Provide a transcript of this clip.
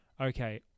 okay